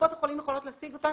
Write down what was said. קופות החולים יכולות להשיג אותם